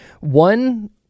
One